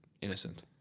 innocent